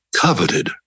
coveted